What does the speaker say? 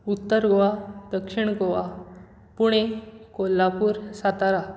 उत्तर गोवा दक्षिण गोवा पुणे कोल्हापूर सातारा